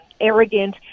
Arrogant